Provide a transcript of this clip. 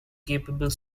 capable